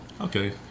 okay